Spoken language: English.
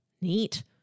Neat